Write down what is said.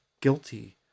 guilty